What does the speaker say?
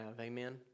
Amen